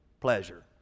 pleasure